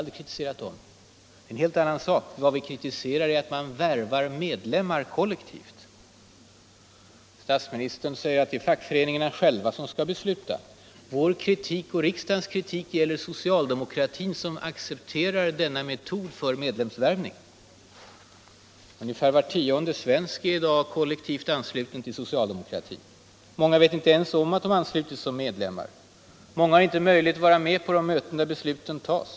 Det är en helt annan sak. Vad vi kritiserar är att det värvas medlemmar kollektivt. Statsministern sade att det är fackföreningarna själva som skall besluta. Vår kritik och riksdagens kritik gäller socialdemokratin som accepterar denna metod för medlemsvärvning. Ungefär var tionde svensk är i dag kollektivt ansluten till socialdemokratin. Många vet inte ens om de anslutits som medlemmar. Många har inte möjlighet att vara med på de möten där besluten tas.